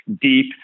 deep